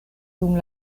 dum